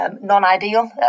non-ideal